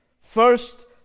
first